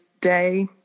day